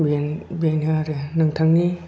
बेनो आरो नोंथांनि